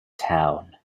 town